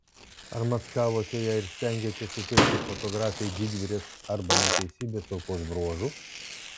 ar maskavote ją ir stengėtės suteikti fotografei didvyrės arba neteisybės aukos bruožų